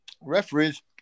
referees